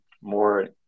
more